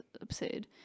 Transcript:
absurd